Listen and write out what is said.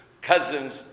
cousins